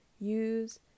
use